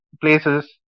places